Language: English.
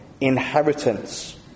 inheritance